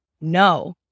No